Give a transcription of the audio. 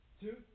Two